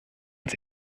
als